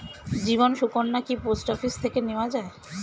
জীবন সুকন্যা কি post office থেকে নেওয়া যায়?